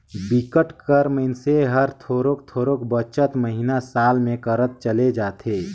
बिकट कर मइनसे हर थोरोक थोरोक बचत महिना, साल में करत चले जाथे